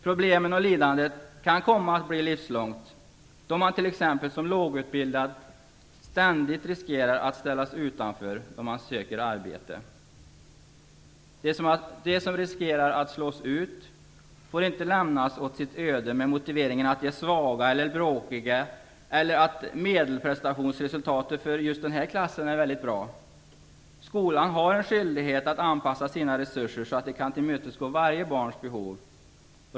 Problemen och lidandet kan komma att bli livslångt då man t.ex. som lågutbildad ständigt riskerar att ställas utanför när man söker arbete. De som riskerar att slås ut får inte lämnas åt sitt öde med motiveringen att de är svaga eller bråkiga eller att medelprestationsresultatet för klassen ju ändå är bra. Skolan har en skyldighet att anpassa sina resurser så att den kan tillmötesgå varje barns behov.